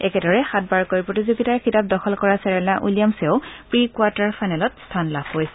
একেদৰে সাত বাৰকৈ প্ৰতিযোগিতাৰ খিতাপ দখল কৰা ছেৰেণা উইলিয়ামছেও প্ৰি কোৱাৰ্টাৰ ফাইনেলত স্থান লাভ কৰিছে